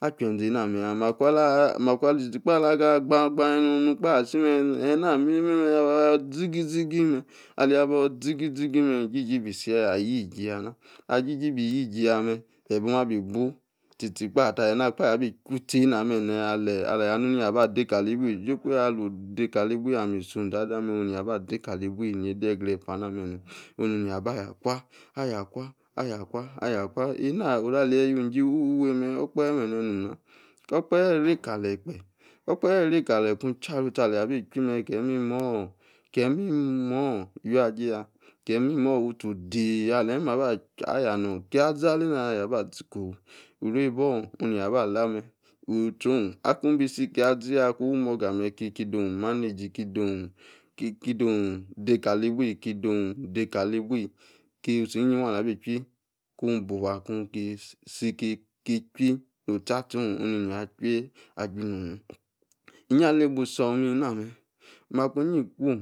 Ache-ezee, ena, meya makwa, aba yor, zigzigi mem, isie, ijie, jie bi-iyie, yama, ali ijie ya eba, oma, bi-ibu, tie kpa ta okpahe abi, ki-ufie ena aleyi anu, yia aba, de kali, ibwi, jokuya alo ade kali-ibul, ison zaha, mem naih aba ade, kali ibwi, nede, yei-gre-epa na beww, ona neyi abakwa, aya-akwa, aya-akwa, enu oru aleyi, jujie ifufe, mem, okpahe bene nom na, ko okpache, rey raleyi, kpe, ko-okpahe rey kaleyi ku, chuaru, utio, aleyai abi-chwi mem rey imimoh, carey imimoh, wia, aji ja, kie imimoh utie, odeey, aleyi, imimoh aya nor aki, azi alena-ya ya-zi ko-hui uru-ebe orr, onu-neyi aba lah mem utie-oh, aku, bi si, akia aziya, wu, monga ame ki dom managie, kidom, dey kali ibw, ki iwi-utie iyie, yi wa, aleyi abi chwi ku, bu-ufu, kwu, ki-isi, no sta-sta, oh, onu neyi, acheyi-iyin ali-bu isome, makuyi kwom